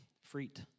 Fruit